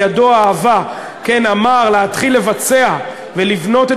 ידו העבה אמר להתחיל לבצע ולבנות את